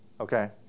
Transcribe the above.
Okay